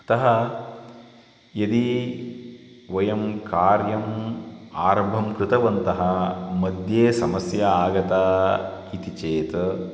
अतः यदि वयं कार्यम् आरम्भं कृतवन्तः मध्ये समस्या आगता इति चेत्